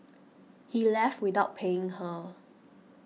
he left without paying her